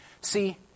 See